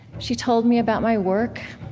she told me about my work,